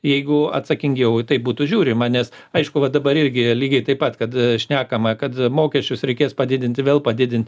jeigu atsakingiau į tai būtų žiūrima nes aišku va dabar irgi lygiai taip pat kad šnekama kad mokesčius reikės padidinti vėl padidint